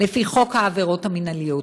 לפי חוק העבירות המינהליות.